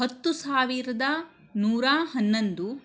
ಹತ್ತು ಸಾವಿರದ ನೂರ ಹನ್ನೊಂದು